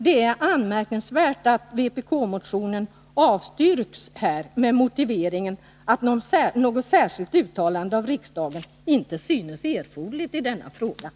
Det är anmärkningsvärt att vpk-motionen avstyrks med motiveringen att något särskilt uttalande av riksdagen i denna fråga inte synes erforderligt.